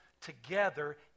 together